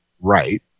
Right